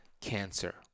cancer